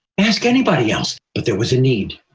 ask anybody else. but there was a need,